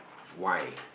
why